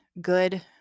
good